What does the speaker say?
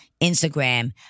Instagram